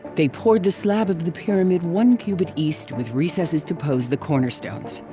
they poured the slab of the pyramid one cubit east with recesses to pose the cornerstones.